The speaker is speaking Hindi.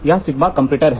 यह सिग्मा कंपैरेटर है